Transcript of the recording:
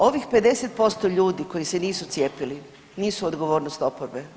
Ovih 50% ljudi koji se nisu cijepili nisu odgovornost oporbe.